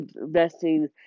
investing